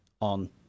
on